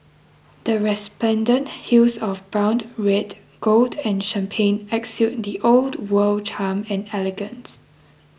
the resplendent hues of brown red gold and champagne exude the old world charm and elegance